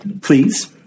Please